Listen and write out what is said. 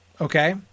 Okay